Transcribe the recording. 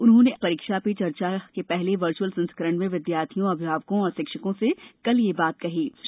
उन्होंने आज परीक्षा पे चर्चा के पहले वर्चुअल संस्करण में विद्यार्थियों अभिभावकों और शिक्षकों से बातचीत की